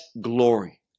glory